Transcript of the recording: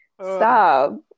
Stop